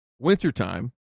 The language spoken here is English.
wintertime